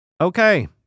okay